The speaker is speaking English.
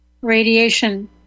radiation